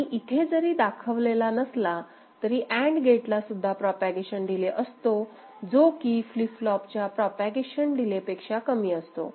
आणि इथे जरी दाखवलेला नसला तरी अँड गेटला सुद्धा प्रोपागेशन डिले असतो जो की फ्लीप फ्लोप च्या प्रोपागेशन डिले पेक्षा कमी असतो